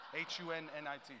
H-U-N-N-I-T